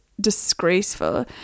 disgraceful